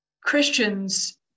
Christians